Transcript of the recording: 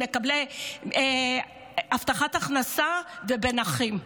מקבלי הבטחת הכנסה ובנכים,